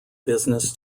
business